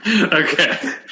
Okay